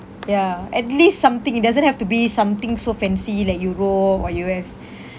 ya at least something it doesn't have to be something so fancy like europe or U_S